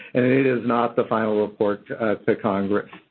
and it is not the final report to congress.